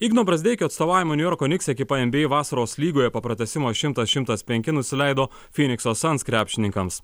igno brazdeikio atstovaujama niujorko niks ekipa nba vasaros lygoje po pratęsimo šimtas šimtas penki nusileido fynikso sans krepšininkams